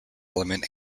element